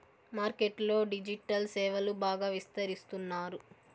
market లో digital సేవలు బాగా విస్తరిస్తున్నారు